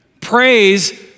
praise